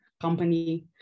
company